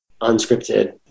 unscripted